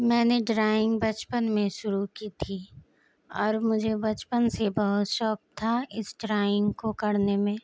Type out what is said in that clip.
میں نے ڈرائنگ بچپن میں شروع کی تھی اور مجھے بچپن سے بہت شوق تھا اس ڈرائنگ کو کرنے میں